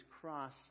cross